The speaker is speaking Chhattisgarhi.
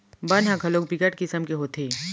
बन ह घलोक बिकट किसम के होथे